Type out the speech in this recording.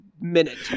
minute